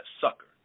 sucker